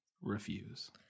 refuse